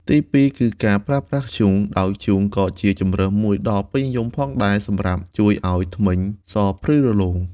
ទីពីរគឺការប្រើប្រាស់ធ្យូង ដោយធ្យូងក៏ជាជម្រើសមួយដ៏ពេញនិយមផងដែរសម្រាប់ជួយឲ្យធ្មេញសភ្លឺរលោង។